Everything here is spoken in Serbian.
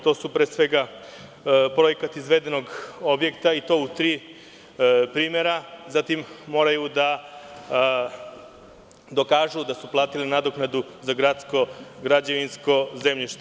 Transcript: To su pre svega projekta izvedenog objekta i to u tri primera, zatim moraju da dokažu da su platili nadoknadu za gradsko građevinsko zemljište.